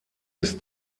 ist